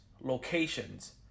locations